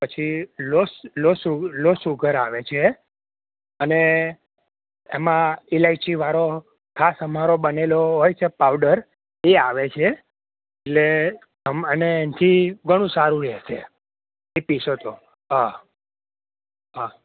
પછી લોસ low sugar આવે છે અને એમાં ઇલાઇયચીવાડો ખાસ અમારો બનેલો હોય છે પાવડર એ આવે છે એટલે અને એનથી ઘણું સારું રેહ છે એ પિસો તો હા હા